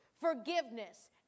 forgiveness